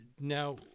Now